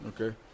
Okay